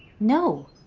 no.